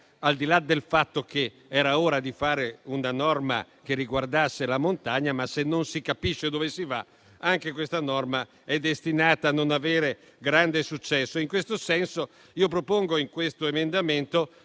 al di là del fatto che era ora di fare una norma che riguardasse la montagna, ma se non si capisce dove si va, anche questa norma è destinata a non avere grande successo. In tal senso propongo in questo emendamento